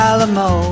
Alamo